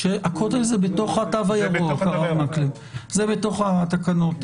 הכותל זה בתוך התו הירוק, זה בתוך התקנות.